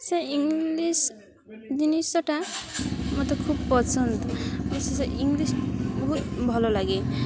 ସେ ଇଂଲିଶ ଜିନିଷଟା ମୋତେ ଖୁବ୍ ପସନ୍ଦ ସେ ଇଂଲିଶ ବହୁତ ଭଲ ଲାଗେ